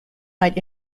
might